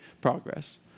progress